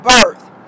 birth